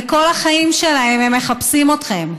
וכל החיים שלהם הם מחפשים אתכם.